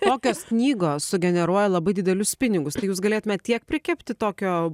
tokios knygos sugeneruoja labai didelius pinigus tai jūs galėtumėt tiek prikepti tokio